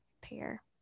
pair